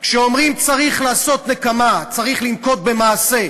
כשאומרים: צריך לעשות נקמה, צריך לנקוט מעשה,